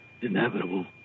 inevitable